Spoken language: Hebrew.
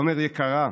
עומר יקרה,